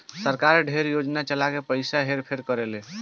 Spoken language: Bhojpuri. सरकार ढेरे योजना चला के पइसा हेर फेर करेले